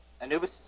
Anubis